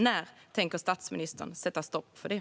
När tänker statsministern sätta stopp för det?